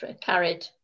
Carried